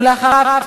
אחריו,